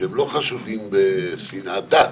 שהם לא חשודים בשנאת דת,